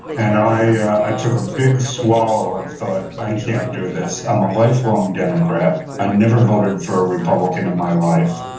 and i i took a big swallow and thought, i can't do this. i'm a lifelong democrat. i've never voted for a republican in my life.